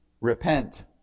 repent